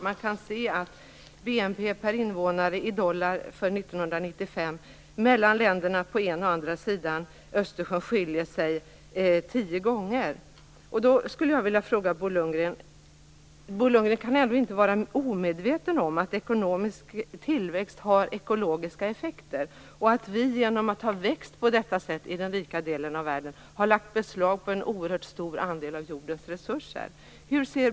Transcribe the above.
Man kan se att det, när det gäller BNP per invånare i dollar för 1995, är 10 gångers skillnad mellan länderna på den ena och länderna på den andra sidan Östersjön. Bo Lundgren kan inte vara omedveten om att ekonomisk tillväxt har ekologiska effekter och att den rika delen i världen, i och med att den har växt på detta sätt, har lagt beslag på en oerhört stor andel av jordens resurser.